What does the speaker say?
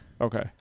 Okay